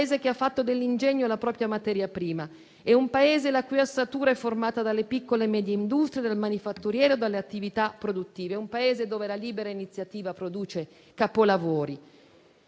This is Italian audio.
il Paese che ha fatto dell'ingegno la propria materia prima. È un Paese la cui ossatura è formata dalle piccole e medie industrie, dal manifatturiero e dalle attività produttive. È un Paese dove la libera iniziativa produce capolavori,